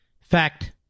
fact